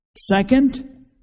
Second